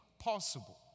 possible